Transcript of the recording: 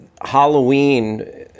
Halloween